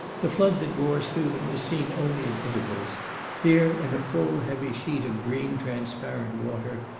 the flood that roars through them is seen only at intervals here in a full heavy sheet of green transparent water,